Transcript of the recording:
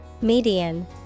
Median